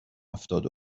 هفتاد